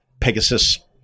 Pegasus